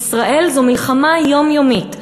בישראל זו מלחמה יומיומית.